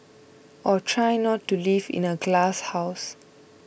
or try not to live in a glasshouse